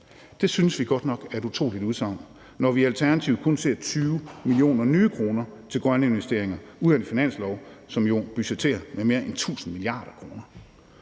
Det synes vi godt nok er et utroligt udsagn, når vi i Alternativet kun ser 20 millioner nye kroner til grønne investeringer ud af en finanslov, som jo budgetterer med mere end 1.000 mia. kr.